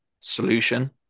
solution